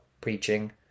preaching